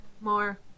more